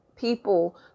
people